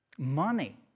Money